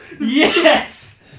Yes